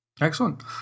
Excellent